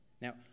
Now